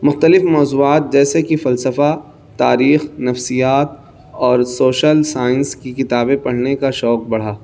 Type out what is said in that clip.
مختلف موضوعات جیسے کہ فلسفہ تاریخ نفسیات اور سوشل سائنس کی کتابیں پڑھنے کا شوق بڑھا